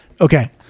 okay